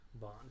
Bond